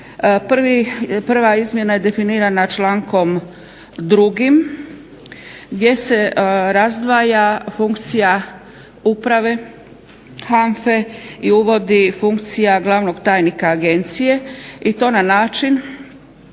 Prva izmjena je definirana člankom 2. gdje se razdvaja funkcija uprave HANFA-e i uvodi funkcija Glavnog tajnika agencije i to na način